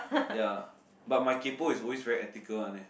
ya but my kaypoh is always very ethical one eh